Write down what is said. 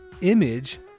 image